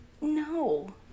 No